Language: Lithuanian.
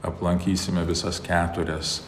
aplankysime visas keturias